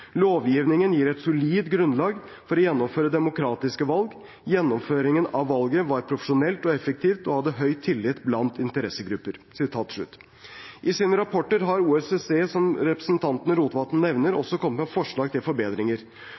Lovgivningen gir et solid grunnlag for å gjennomføre demokratiske valg. Gjennomføringen av valget var profesjonelt og effektivt, og hadde høy tillit blant interessegrupper.» I sine rapporter har OSSE, som representanten Rotevatn nevner, også kommet med forslag til forbedringer.